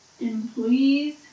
employees